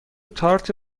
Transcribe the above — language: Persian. تارت